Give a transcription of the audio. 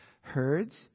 herds